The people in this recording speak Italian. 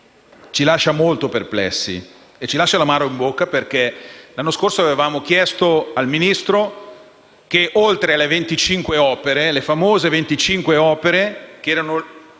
ci lascia molto perplessi e ci lascia l'amaro in bocca, perché l'anno scorso avevamo chiesto al Ministro che oltre alle famose 25 opere, le uniche